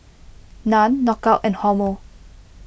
Nan Knockout and Hormel